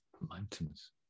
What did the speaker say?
Mountains